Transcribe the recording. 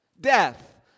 Death